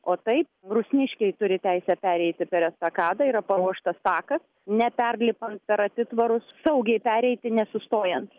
o taip rusniškiai turi teisę pereiti per estakadą yra paruoštas takas neperlipant per atitvarus saugiai pereiti nesustojant